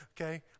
okay